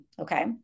okay